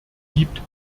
gibt